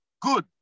good